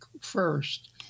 first